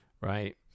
Right